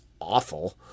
awful